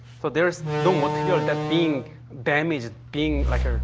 so, there is no material that's being damaged, being, like, ah